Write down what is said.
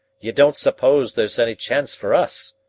you don't suppose there's any chance for us?